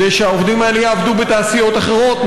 כדי שהעובדים האלה יעבדו בתעשיות אחרות,